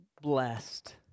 blessed